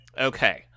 Okay